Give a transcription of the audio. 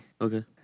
okay